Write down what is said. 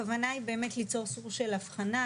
הכוונה היא בעצם ליצור סוג של אבחנה.